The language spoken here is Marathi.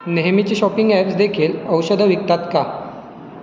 नेहमीची शॉपिंग ॲप्सदेखील औषधं विकतात का